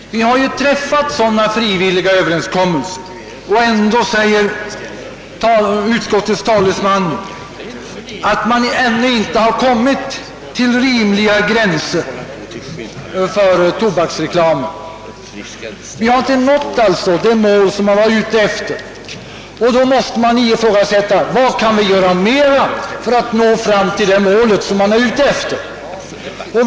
Vi har ju redan träffat sådana frivilliga överenskommelser, men utskottets talesman menar att man ännu inte uppnått en rimlig begränsning av tobaksreklamen. Det uppsatta målet är således inte nått. Vi måste därför ställa oss frågan vad som ytterligare kan göras.